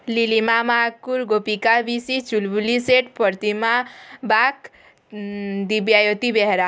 ଲିଲିମା ମାହାକୁଡ଼ ଗୋପିକା ବିଶି ଚୁଲବୁଲି ସେଟ୍ ପ୍ରତିମା ବାକ୍ ଦିବ୍ୟାୟତି ବେହେରା